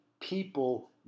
people